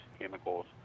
chemicals